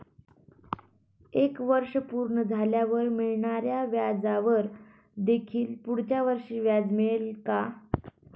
एक वर्ष पूर्ण झाल्यावर मिळणाऱ्या व्याजावर देखील पुढच्या वर्षी व्याज मिळेल का?